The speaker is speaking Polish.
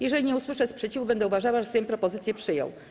Jeżeli nie usłyszę sprzeciwu, będę uważała, że Sejm propozycje przyjął.